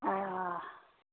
آ آ